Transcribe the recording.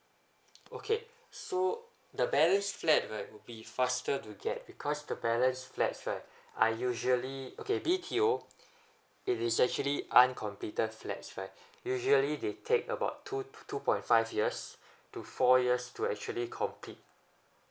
okay so the balance flat right would be faster to get because the balance flats right are usually okay B_T_O it is actually uncompleted flats right usually they take about two to two point five years to four years to actually complete